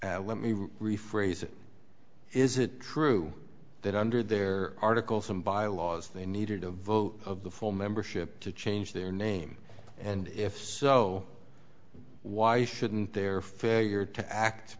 question let me rephrase that is it true that under their article some bylaws they needed a vote of the full membership to change their name and if so why shouldn't their failure to act